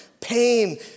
pain